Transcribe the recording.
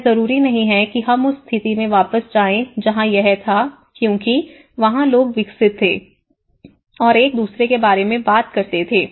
यह जरूरी नहीं है कि हम उस स्थिति में वापस जाएं जहां यह था क्योंकि वहां लोग विकसित थे और एक दूसरे के बारे में बात करते थे